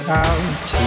out